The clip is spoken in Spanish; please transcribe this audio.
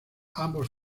ambos